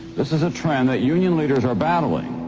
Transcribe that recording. this is a trend that union leaders are battling,